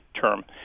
term